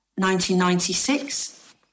1996